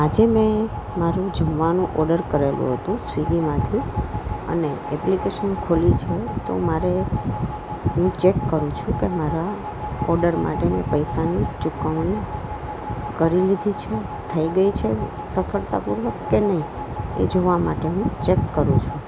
આજે મેં મારું જમવાનું ઓડર કરેલું હતું સ્વીગીમાંથી અને એપ્લીકેશન ખોલી છે તો મારે હું ચેક કરું છું કે મારા ઓડર માટેની પૈસા ચૂકવણી કરી લીધી છે થઈ ગઈ છે સફળતાપૂર્વક કે નહીં એ જોવા માટે હું ચેક કરું છું